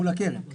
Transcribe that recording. מול הקרן.